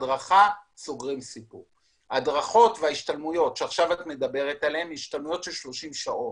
הדרכות והשתלמויות שאת מדברת עליהם הם השתלמויות של 30 שעות,